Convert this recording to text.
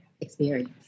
experience